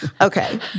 Okay